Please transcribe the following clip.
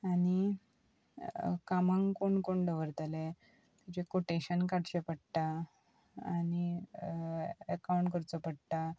आनी कामांक कोण कोण दवरतले तेजे कोटेशन काडचें पडटा आनी एकाउंट करचो पडटा